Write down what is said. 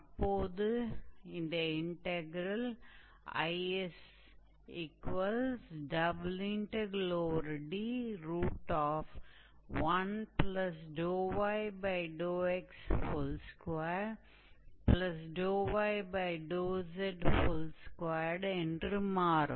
அப்போது இந்த integral IsD1yx2yz2 என்று மாறும்